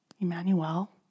Emmanuel